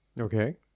Okay